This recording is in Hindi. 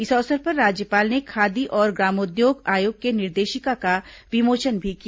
इस अवसर पर राज्यपाल ने खादी और ग्रामोद्योग आयोग के निर्देशिका का विमोचन भी किया